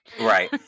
right